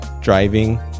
driving